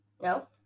No